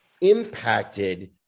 impacted